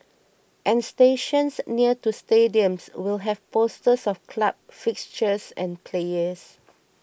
and stations near to stadiums will have posters of club fixtures and players